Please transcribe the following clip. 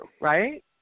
right